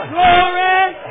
Glory